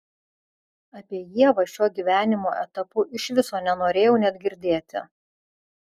apie ievą šiuo gyvenimo etapu iš viso nenorėjau net girdėti